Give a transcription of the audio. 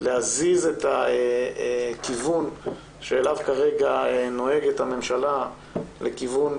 להזיז את הכיוון שאליו כרגע נוהגת הממשלה לכיוון